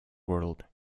world